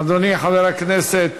אדוני חבר הכנסת